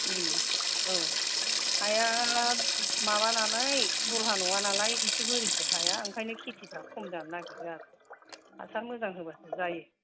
उम औ हाया माबानालाय दहला नङानालाय एसे बोरिसो हाया ओंखायनो खेतिफ्रा खम जानो नागेरो आरो हासार मोजां होबासो जायो